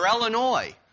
Illinois